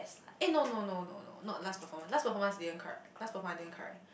eh no no no no no not last performance last performance I didn't cry last performance I didn't cry